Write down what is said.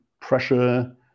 pressure